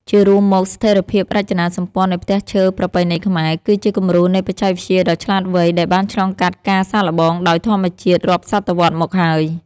ជារួមមក ស្ថិរភាពរចនាសម្ព័ន្ធនៃផ្ទះឈើប្រពៃណីខ្មែរ គឺជាគំរូនៃបច្ចេកវិទ្យាដ៏ឆ្លាតវៃដែលបានឆ្លងកាត់ការសាកល្បងដោយធម្មជាតិរាប់សតវត្សមកហើយ។